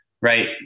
right